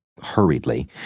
hurriedly